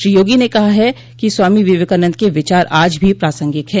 श्री योगी ने कहा कि स्वामी विवेकानन्द के विचार आज भी प्रासंगिक हैं